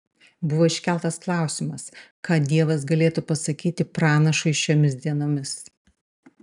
buvo iškeltas klausimas ką dievas galėtų pasakyti pranašui šiomis dienomis